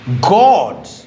God